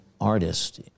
artist